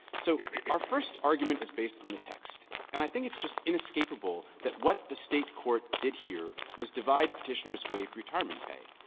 so our first argument is based on the text, and i think it's just inescapable that what the state court did here was divide petitioner's waived retirement pay.